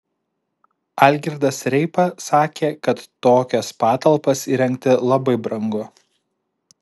algirdas reipa sakė kad tokias patalpas įrengti labai brangu